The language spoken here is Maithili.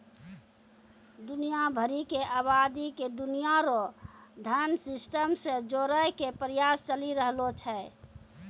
दुनिया भरी के आवादी के दुनिया रो धन सिस्टम से जोड़ेकै प्रयास चली रहलो छै